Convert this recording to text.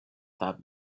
that